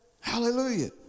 Hallelujah